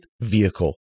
vehicle